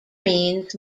means